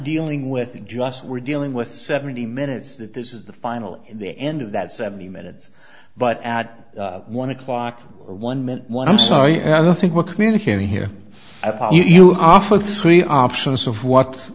dealing with just we're dealing with seventy minutes that this is the final in the end of that seventy minutes but at one o'clock or one minute one i'm sorry i don't think we're communicating here you are for three options of what